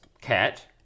cat